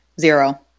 zero